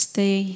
Stay